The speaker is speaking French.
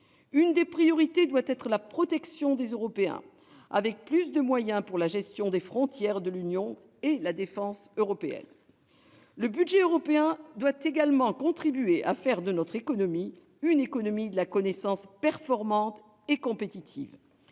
Une des priorités doit être d'assurer la protection des Européens, en consacrant plus de moyens à la gestion des frontières de l'Union et à la défense européenne. Le budget européen doit également contribuer à faire de notre économie une économie de la connaissance performante et compétitive.